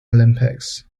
olympics